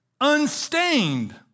unstained